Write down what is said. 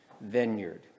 vineyard